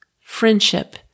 friendship